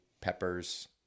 peppers